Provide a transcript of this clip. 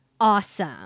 awesome